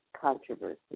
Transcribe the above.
controversy